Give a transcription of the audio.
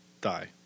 die